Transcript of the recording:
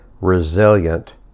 resilient